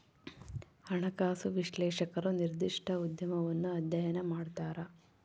ಹಣಕಾಸು ವಿಶ್ಲೇಷಕರು ನಿರ್ದಿಷ್ಟ ಉದ್ಯಮವನ್ನು ಅಧ್ಯಯನ ಮಾಡ್ತರ